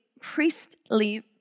priestly